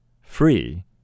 free